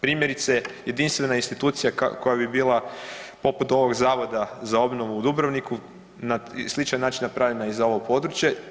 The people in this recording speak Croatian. Primjerice, jedinstvena institucija koja bi bila poput ovog Zavoda za obnovu u Dubrovniku sličan način napravljena i za ovo područje.